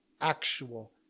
actual